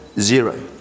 zero